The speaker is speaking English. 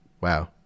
Wow